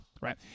right